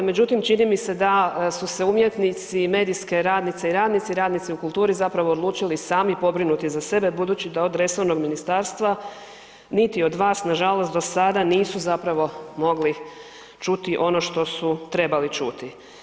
Međutim, čini mi se da su se umjetnici i medijske radnice i radnici, radnici u kulturi, zapravo odlučili sami pobrinuti za sebe budući da od resornog ministarstvo, niti od vas nažalost dosada nisu zapravo mogli čuti ono što su trebali čuti.